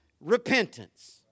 repentance